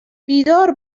بیدار